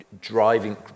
driving